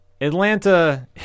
Atlanta